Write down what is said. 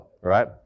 right